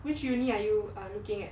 which uni are you looking at